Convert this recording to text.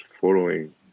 following